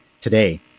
today